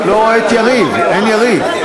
לא רואה את יריב, אין יריב.